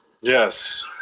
Yes